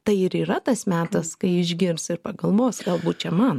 tai ir yra tas metas kai išgirs ir pagalvos galbūt čia man